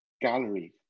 gallery